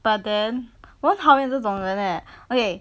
but then 我很讨厌这种人 leh okay